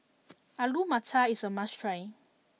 Alu Matar is a must try